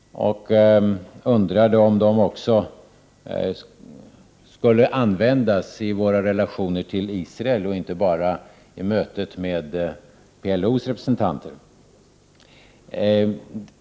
Och jag undrade om de skulle användas även i våra relationer till Israel och inte bara vid mötet med PLO:s representanter.